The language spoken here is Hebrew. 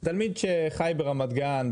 תלמיד שחי ברמת גן,